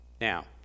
Now